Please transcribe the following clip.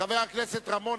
חבר הכנסת רמון,